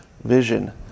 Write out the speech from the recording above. vision